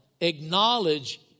acknowledge